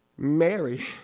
Mary